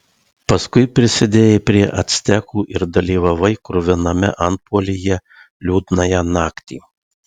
paskui prisidėjai prie actekų ir dalyvavai kruviname antpuolyje liūdnąją naktį